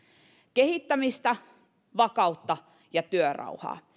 kehittämistä vakautta ja työrauhaa